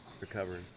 Recovering